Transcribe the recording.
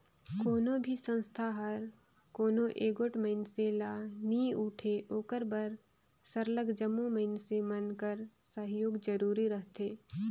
कोनो भी संस्था हर कोनो एगोट मइनसे ले नी उठे ओकर बर सरलग जम्मो मइनसे मन कर सहयोग जरूरी रहथे